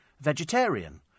vegetarian